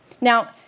Now